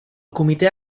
comitè